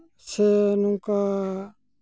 ᱥᱮ ᱱᱚᱝᱠᱟ